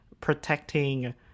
protecting